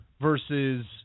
versus